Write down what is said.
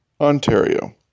Ontario